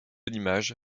l’image